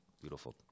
beautiful